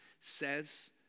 says